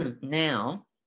now